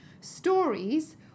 stories